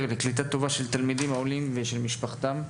לקליטה טובה של תלמידים עולים חדשים ושל משפחתם.